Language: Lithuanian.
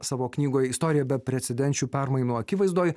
savo knygoj istorija beprecedenčių permainų akivaizdoj